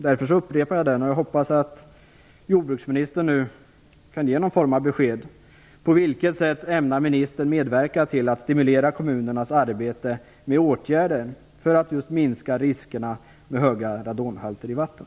Därför upprepar jag frågan, och jag hoppas att jordbruksministern kan ge någon form av besked: På vilket sätt ämnar ministern medverka till att stimulera kommunernas arbete med åtgärder för att minska riskerna med höga radonhalter i vatten?